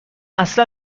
اصلا